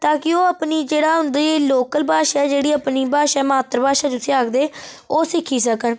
ताकि ओह् अपनी जेह्ड़ा उं'दी लोकल भाशा जेह्ड़ी अपनी भाशा मात्तर भाशा जुस्सी आखदे ओह् सिक्खी सकन